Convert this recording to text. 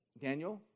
Daniel